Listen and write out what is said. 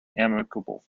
amicable